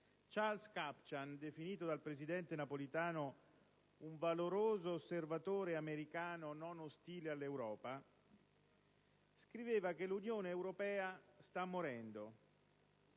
Charles Kupchan, definito dal presidente Napolitano un valoroso osservatore americano non ostile all'Europa, scriveva che «l'Unione Europea sta morendo».